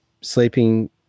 sleeping